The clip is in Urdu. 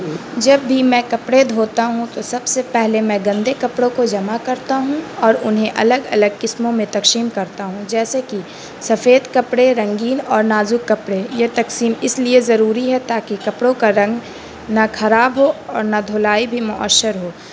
جب بھی میں کپڑے دھوتا ہوں تو سب سے پہلے میں گندے کپڑوں کو جمع کرتا ہوں اور انہیں الگ الگ قسموں میں تقسیم کرتا ہوں جیسے کہ سفید کپڑے رنگین اور نازک کپڑے یہ تقسیم اس لیے ضروری ہے تاکہ کپڑوں کا رنگ نہ خراب ہو اور نہ دھلائی بھی مؤثر ہو